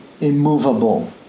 immovable